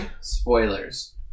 spoilers